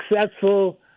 successful